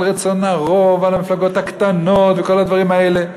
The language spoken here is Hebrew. רצון הרוב ועל המפלגות הקטנות וכל הדברים האלה.